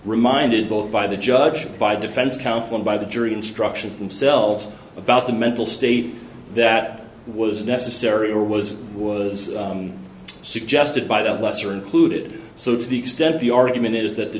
reminded both by the judge by the defense counsel and by the jury instructions themselves about the mental state that was necessary or was it was suggested by the lesser included so to the extent the argument is that the